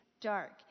dark